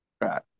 right